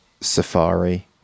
safari